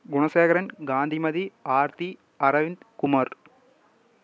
Gunasekaran Gandhimathi Aarthi Aravind Kumar